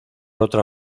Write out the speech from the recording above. otra